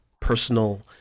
personal